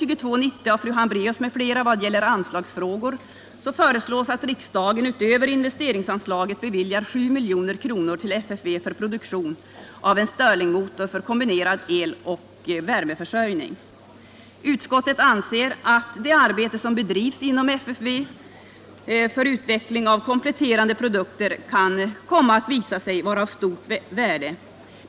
Utskottet anser att det arbete som bedrivs inom FFV för utveckling av kompletterande produkter kan komma att visa sig vara av stort värde.